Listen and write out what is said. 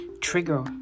trigger